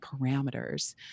parameters